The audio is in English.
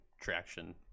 traction